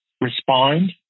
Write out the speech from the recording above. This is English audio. respond